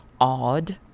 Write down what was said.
odd